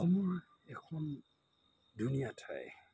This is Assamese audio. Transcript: অসমৰ এখন ধুনীয়া ঠাই